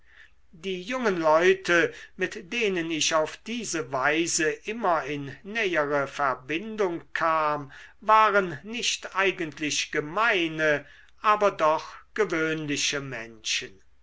die jungen leute mit denen ich auf diese weise immer in nähere verbindung kam waren nicht eigentlich gemeine aber doch gewöhnliche menschen